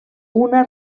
una